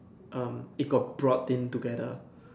um it got brought in together